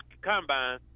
combine